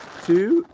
two,